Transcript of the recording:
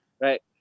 right